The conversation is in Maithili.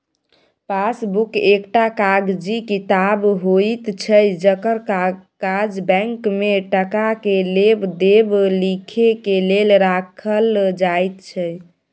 पासबुक एकटा कागजी किताब होइत छै जकर काज बैंक में टका के लेब देब लिखे के लेल राखल जाइत छै